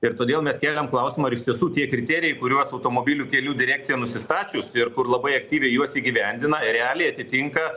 ir todėl mes kėlėm klausimą ar iš tiesų tie kriterijai kuriuos automobilių kelių direkcija nusistačius ir kur labai aktyviai juos įgyvendina realiai atitinka